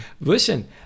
Listen